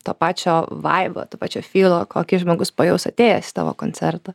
to pačio vaibo to pačio fylo kokį žmogus pajaus atėjęs į tavo koncertą